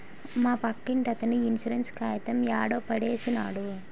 మా పక్కింటతను ఇన్సూరెన్స్ కాయితం యాడో పడేసినాడు